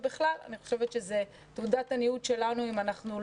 ובכלל אני חושבת שזו תעודת עניות שלנו אם לא